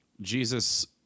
Jesus